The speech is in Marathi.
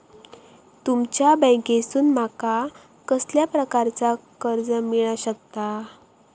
तुमच्या बँकेसून माका कसल्या प्रकारचा कर्ज मिला शकता?